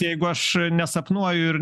jeigu aš nesapnuoju ir